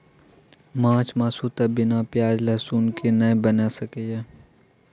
माछ मासु तए बिना पिओज रसुनक बनिए नहि सकैए